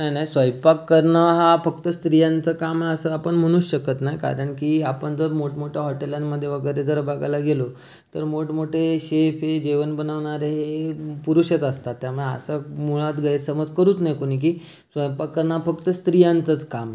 नाही नाही स्वयंपाक करणं हा फक्त स्त्रियांचं काम आहे असं आपण म्हणूच शकत नाही कारण की आपण जर मोठमोठया हॉटेलांमध्ये वगैरे जर बघायला गेलो तर मोठमोठे शेफ हे जेवण बनवणारे हे पुरुषच असतात त्यामुळं असं मुळात गैरसमज करूच नये कुणी की स्वयंपाक करणं हा फक्त स्त्रियांचंच काम आहे